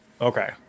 Okay